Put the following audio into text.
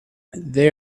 they